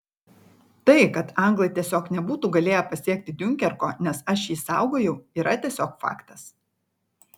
tai kad anglai tiesiog nebūtų galėję pasiekti diunkerko nes aš jį saugojau yra tiesiog faktas